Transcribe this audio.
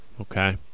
okay